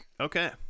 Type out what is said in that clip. okay